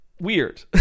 weird